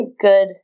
good